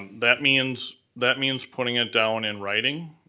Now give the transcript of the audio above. that means that means putting it down in writing,